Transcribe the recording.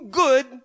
good